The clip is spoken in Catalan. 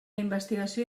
investigació